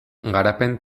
garapen